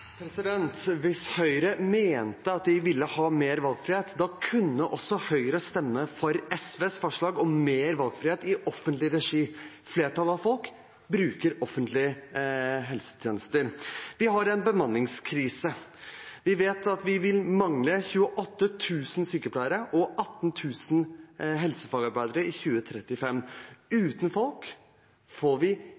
Hvis Høyre mente at de ville ha mer valgfrihet, kunne Høyre stemme for SVs forslag om mer valgfrihet i offentlig regi. Flertallet av folk bruker offentlige helsetjenester. Vi har en bemanningskrise. Vi vet at vi vil mangle 28 000 sykepleiere og 18 000 helsefagarbeidere i 2035.